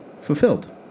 fulfilled